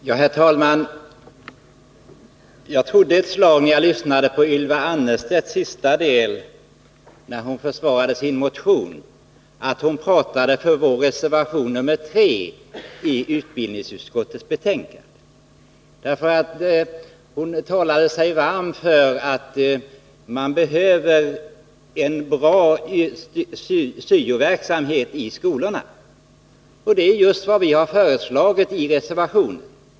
Herr talman! Jag trodde ett slag när jag lyssnade på den senare delen av Ylva Annerstedts anförande, då hon försvarade sin motion, att hon talade för vår reservation nr3 i utbildningsutskottets betänkande. Hon talade sig nämligen varm för att man behöver en bra syo-verksamhet i skolorna. Det är just vad vi har gjort i vår reservation på denna punkt.